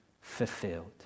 fulfilled